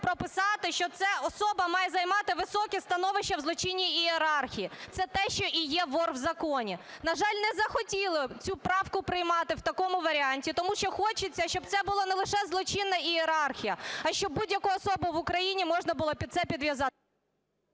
прописати, що це особа має займати високе становище в злочинній ієрархії. Це те, що і є "вор в законі". На жаль, не захотіли цю правку приймати в такому варіанті, тому що хочеться, щоб це була не лише злочинна ієрархія, а щоб будь-яку особу в Україні можна було під це підв'язати.